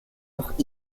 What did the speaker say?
noch